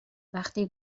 وقتی